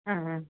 ആഹാ